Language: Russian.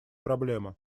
проблема